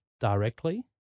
directly